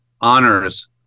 honors